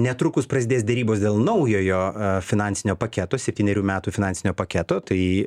netrukus prasidės derybos dėl naujojo finansinio paketo septynerių metų finansinio paketo tai